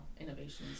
Innovations